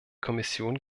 kommission